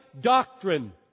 doctrine